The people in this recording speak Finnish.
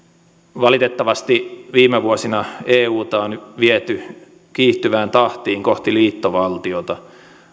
valitettavasti viime vuosina euta on viety kiihtyvään tahtiin kohti liittovaltiota